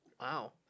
Wow